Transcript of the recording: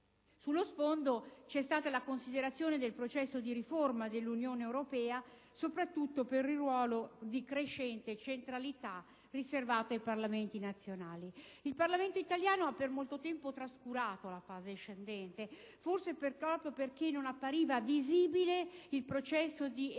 Sullo sfondo c'è stata la considerazione del processo di riforma dell'Unione europea, soprattutto per il ruolo di crescente centralità riservato ai Parlamenti nazionali. Il Parlamento italiano ha per molto tempo trascurato la fase ascendente, forse proprio perché non appariva visibile il processo di europeizzazione